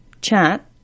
chat